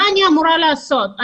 מה אני אמורה לעשות?